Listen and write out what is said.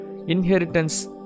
Inheritance